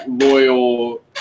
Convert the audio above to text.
loyal